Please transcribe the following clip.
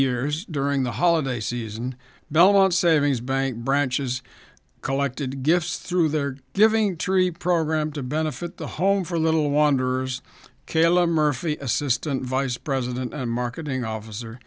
years during the holiday season belmont savings bank branches collected gifts through their giving tree program to benefit the home for little wanderers kayla murphy assistant vice president and marketing officer